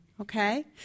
okay